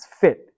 fit